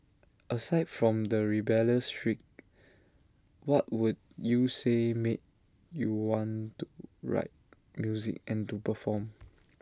aside from the rebellious streak what would you say made you want to write music and to perform